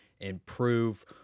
improve